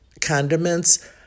condiments